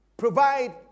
Provide